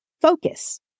focus